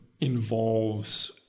involves